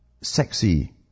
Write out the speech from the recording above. sexy